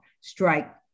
strike